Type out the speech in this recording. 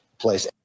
place